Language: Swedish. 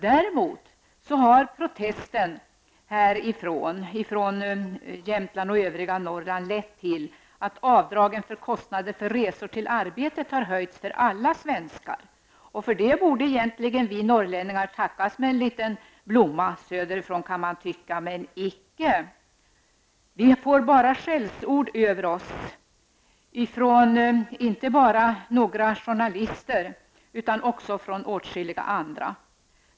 Däremot har protesten från Jämtland och övriga Norrland lett till att avdraget för kostnader för resor till arbetet har höjts för alla svenskar. För det borde egentligen vi norrlänningar tackas med en liten blomma söderifrån, kan man tycka, men icke. Vi får bara skällsord över oss, inte bara från några journalister utan också från åtskilliga andra.